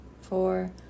four